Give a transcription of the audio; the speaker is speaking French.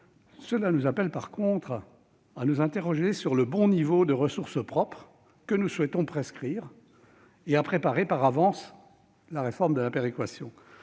Cela nous appelle en revanche à nous interroger sur le bon niveau de ressources propres que nous souhaitons prescrire et à préparer la réforme de la péréquation.